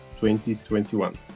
2021